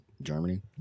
germany